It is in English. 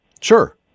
sure